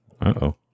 Uh-oh